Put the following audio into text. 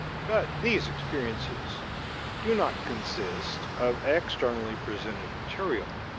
but these experiences do not consist of externally presented material,